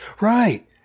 right